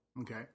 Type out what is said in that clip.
okay